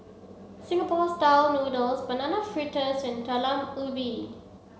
Singapore style noodles banana fritters and Talam Ubi